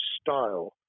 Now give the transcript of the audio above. style